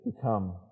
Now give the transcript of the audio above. become